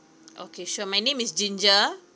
okay sure my name is ginger